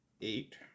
Eight